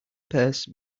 purse